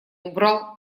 убрал